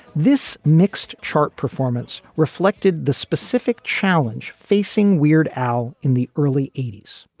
this mixed chart performance reflected the specific challenge facing weird al. in the early eighty s,